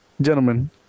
gentlemen